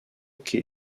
que